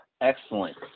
Excellent